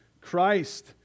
Christ